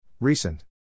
Recent